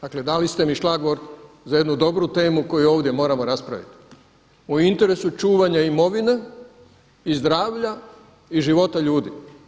Dakle, dali ste mi šlagvort za jednu temu koju ovdje moramo raspraviti u interesu čuvanja imovine i zdravlja i života ljudi.